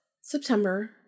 September